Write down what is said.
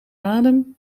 adem